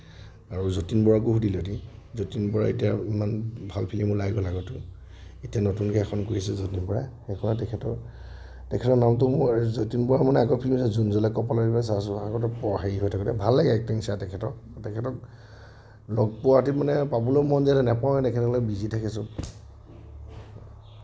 আৰু যতীন বৰাকো সুধিলোঁহেতিন যতীন বৰা এতিয়া ইমান ভাল ফিল্ম ওলাই গ'ল আগতেওঁ এতিয়া নতুনকে এখন কৰিছে যতীন বৰাই সেইখনো তেখেতৰ তেখেতৰ নামটো মই যতীন বৰা মানে আগৰ ফিল্মবোৰ জোন জ্বলে কপালত এইবিলাক চাইছোঁ হেৰি পৈ থাকোঁতে ভাল লাগে এক্টিং চাই তেখেতৰ তেখেতক লগ পোৱাহেতিন মানে পাবলৈও মন যায় নাপাওঁ তেখেতসকল বিজি থাকে চব